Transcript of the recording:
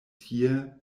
tie